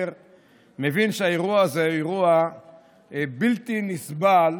מבין שהאירוע הזה הוא אירוע בלתי נסבל,